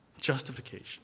Justification